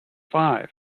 five